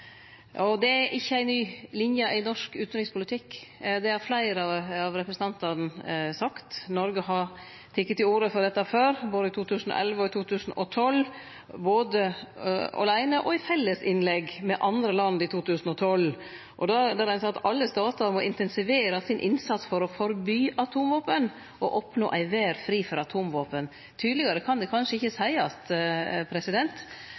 atomvåpen. Det er ikkje ei ny linje i norsk utanrikspolitikk, det har fleire av representantane sagt. Noreg har teke til orde for dette før, både i 2011 og 2012, både åleine og i fellesinnlegg med andre land i 2012, der ein sa at «alle stater må intensivere sin innsats for å forby atomvåpen og oppnå en verden fri for atomvåpen». Tydelegare kan det vel ikkje